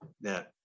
Now